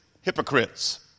hypocrites